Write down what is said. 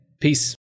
Peace